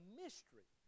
mystery